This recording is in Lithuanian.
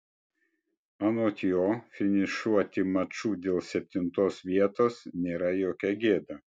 anot jo finišuoti maču dėl septintos vietos nėra jokia gėda